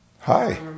hi